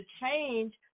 change